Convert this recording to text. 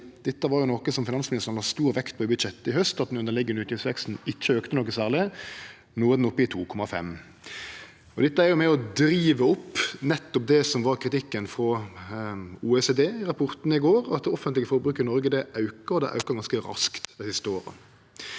Dette var noko finansministeren la stor vekt på i budsjettet i haust – at den underliggjande utgiftsveksten ikkje auka noko særleg. No er han oppe i 2,5 pst. Dette er med på å drive opp nettopp det som var kritikken frå OECD-rapporten frå i går – at det offentlege forbruket i Noreg aukar og har auka ganske raskt dei siste åra.